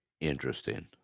Interesting